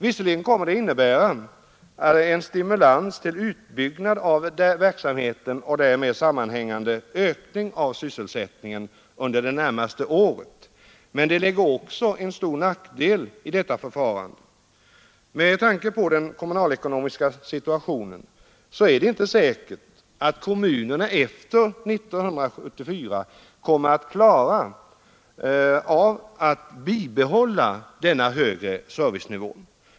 Visserligen kommer det att innebära en stimulåns till en utbyggnad av verksamheten och en ökning av sysselsättningen under det närmaste året, men det ligger också en stor nackdel i förfarandet. Med tanke på den kommunalekonomiska situationen är det inte säkert att kommunerna efter 1974 kommer att klara av att bibehålla denna högre servicenivå.